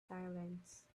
silence